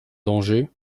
danger